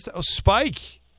Spike